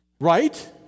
Right